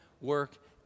work